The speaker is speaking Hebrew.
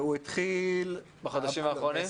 בחודשים האחרונים?